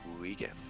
weekend